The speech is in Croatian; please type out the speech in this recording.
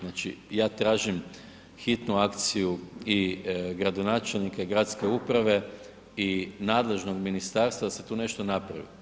Znači, ja tražim hitnu akciju i gradonačelnika i gradske uprave i nadležnog ministarstva da se tu nešto napravi.